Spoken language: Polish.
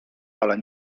ale